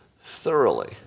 thoroughly